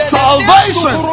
salvation